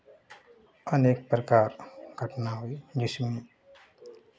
अनेक प्रकार घटना हुई जिसमें